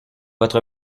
votre